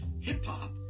hip-hop